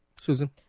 Susan